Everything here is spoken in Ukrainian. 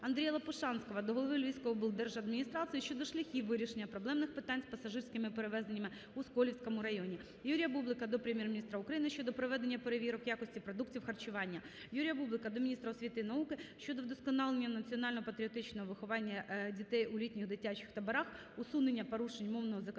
Андрія Лопушанського до голови Львівської облдержадміністрації щодо шляхів вирішення проблемних питань з пасажирськими перевезеннями у Сколівському районі. Юрія Бублика до Прем'єр-міністра України щодо проведення перевірок якості продуктів харчування. Юрія Бублика до Міністра освіти і науки щодо вдосконалення національно-патріотичного виховання дітей у літніх дитячих таборах, усунення порушень мовного законодавства